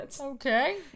Okay